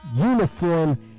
uniform